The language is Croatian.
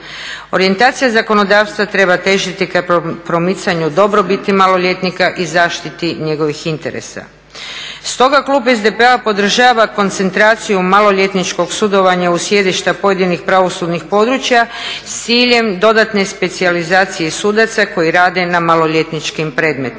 Orijentacija zakonodavstva treba težiti ka promicanju dobrobiti maloljetnika i zaštiti njegovih interesa. Stoga klub SDP-a podržava koncentraciju maloljetničkog sudovanja u sjedišta pojedinih pravosudnih područja s ciljem dodatne specijalizacije sudaca koji rade na maloljetničkim predmetima.